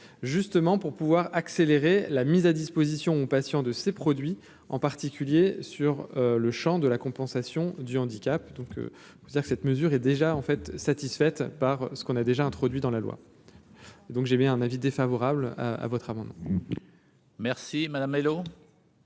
justement pour pouvoir accélérer la mise à disposition patients de ces produits, en particulier sur le Champ de la compensation du handicap, donc vous dire que cette mesure est déjà en fait satisfaite par ce qu'on a déjà introduit dans la loi. Donc j'ai bien un avis défavorable à votre amendement